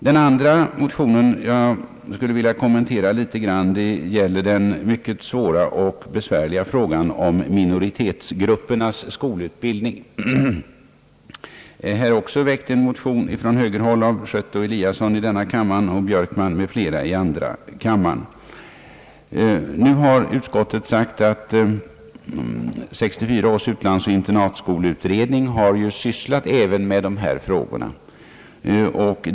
Den andra motionen jag skulle vilja kommentera litet grand gäller det mycket besvärliga problemet om minoritetsgruppernas skolutbildning — den är väckt i första kammaren av herrar Schött och Eskilsson, i andra kammaren av herr Björkman m.fl. Utskottet säger att 1964 års utlandsoch internatskoleutredning behandlat även denna fråga.